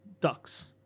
ducks